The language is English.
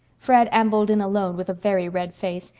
fred ambled in alone, with a very red face,